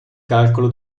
calcolo